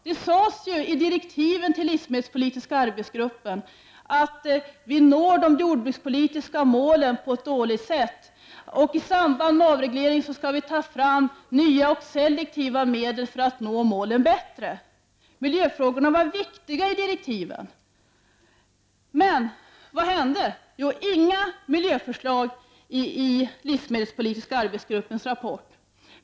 Det sades i direktiven till livsmedelspolitiska arbetsgruppen att vi når de jordbrukspolitiska målen på ett dåligt sätt och att vi i samband med en avreglering skulle ta fram nya och selektiva medel för att nå målen bättre. Miljöfrågorna var viktiga enligt direktiven. Men vad hände? Inga miljöförslag i livsmedelspolitiska arbetsgruppens rapport!